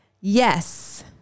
Yes